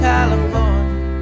California